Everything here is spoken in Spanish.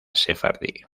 sefardí